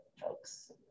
folks